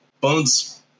Bones